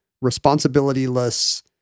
responsibility-less